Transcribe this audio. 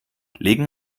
legen